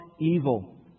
evil